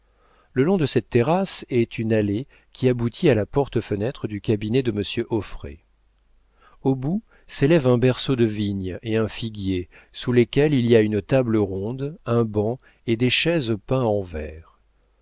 le long de cette terrasse est une allée qui aboutit à la porte-fenêtre du cabinet de monsieur auffray au bout s'élèvent un berceau de vigne et un figuier sous lesquels il y a une table ronde un banc et des chaises peints en vert